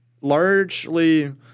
largely